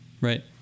Right